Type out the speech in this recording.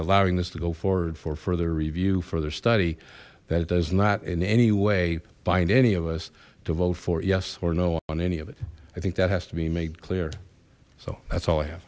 allowing this to go forward for further review for their study that does not in any way bind any of us to vote for yes or no on any of it i think that has to be made clear so that's all i have